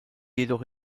jedoch